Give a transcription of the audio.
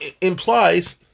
implies